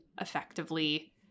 effectively